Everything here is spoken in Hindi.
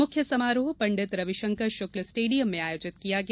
मुख्य समारोह पंड़ित रविशंकर शुक्ल स्टेडियम में आयोजित किया गया